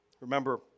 Remember